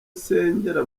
nsengera